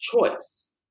choice